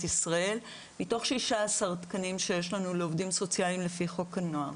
ישראל מתוך 16 תקנים שיש לנו לעובדים סוציאליים לפי חוק הנוער.